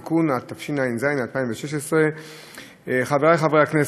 (תיקון), התשע"ז 2016. חברי חברי הכנסת,